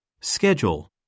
Schedule